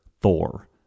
Thor